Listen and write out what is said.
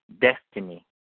destiny